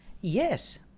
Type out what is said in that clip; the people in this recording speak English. Yes